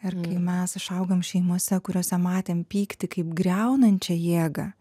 ir kai mes išaugam šeimose kuriose matėm pyktį kaip griaunančią jėgą